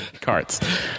carts